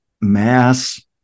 Mass